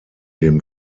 dem